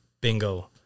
Bingo